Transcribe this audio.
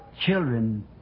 children